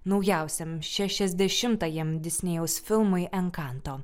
naujausiam šešiasdešimtajam disnėjaus filmui enkanto